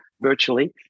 virtually